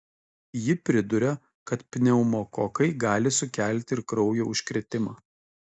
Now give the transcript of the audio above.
ji priduria kad pneumokokai gali sukelti ir kraujo užkrėtimą